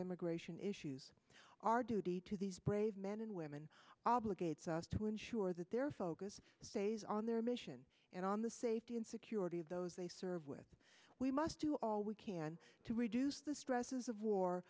immigration issues our duty to these brave men and women obligates us to ensure that their focus stays on their mission and on the safety and security of those they serve with we must do all we can to reduce the stresses of war